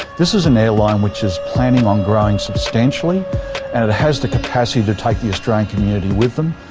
this is an airline which is planning on growing substantially, and it has the capacity to take the australian community with them.